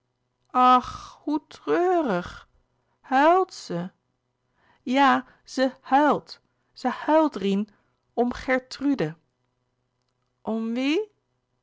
ach hoe treurig huilt ze ja ze huilt ze huilt rien om gertrude